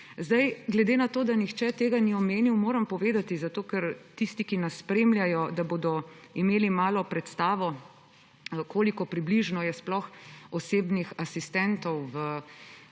asistenci. Ker nihče tega ni omenil, moram povedati, da bodo tisti, ki nas spremljajo, imeli malo predstavo, koliko približno je sploh osebnih asistentov v